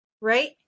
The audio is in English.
Right